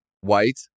white